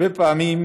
הרבה פעמים